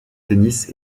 tennis